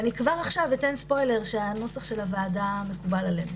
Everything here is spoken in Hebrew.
כבר עכשיו אתן ספוילר שנוסח הוועדה מקובל עלינו.